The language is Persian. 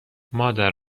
مادر